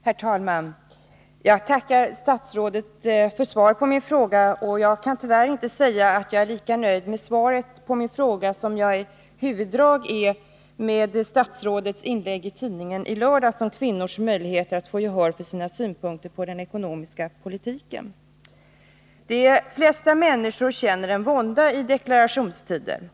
Herr talman! Jag tackar statsrådet för svaret på min fråga, men jag kan tyvärr inte säga att jag är lika nöjd med svaret på den som jag i huvuddrag är med statsrådets inlägg i tidningen i lördags om kvinnors möjligheter att få gehör för sina synpunkter på den ekonomiska politiken. De flesta människor känner en vånda i deklarationstider.